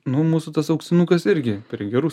nu mūsų tas auksinukas irgi prie gerų